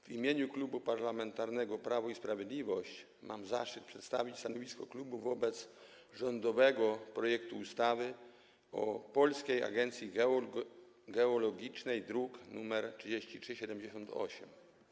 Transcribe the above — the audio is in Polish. W imieniu Klubu Parlamentarnego Prawo i Sprawiedliwość mam zaszczyt przedstawić stanowisko klubu wobec rządowego projektu ustawy o Polskiej Agencji Geologicznej, druk nr 3378.